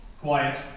Quiet